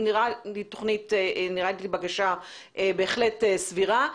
היא נראית לי בקשה בהחלט סבירה.